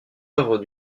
œuvres